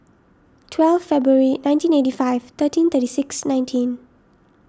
twelve February nineteen eighty five thirteen thirty six nineteen